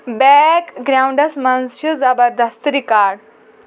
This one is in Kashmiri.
بیک گراونڈس منز چھِ زبردست ریکارڈ